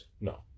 No